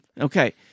Okay